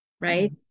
right